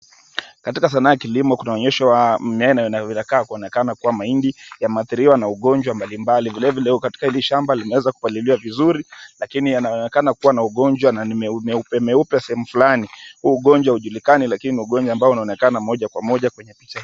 Katika sanaa ya kilimo kunaonyeshwa mimea kuonekana kuwa mahindi ya yameathiriwa na ugonjwa mbali mbali vile vile katika hili shamba limeweza kupaliliwa vizuri lakini yanaonekana kuwa na ugonjwa na ni meupe meupe sehemu flani, huu ugonjwa haujulikani lakini ni ugonjwa ambao unaonekana moja kwa moja kwenye picha hii.